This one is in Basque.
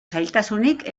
zailtasunik